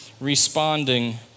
responding